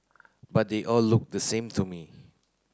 but they all looked the same to me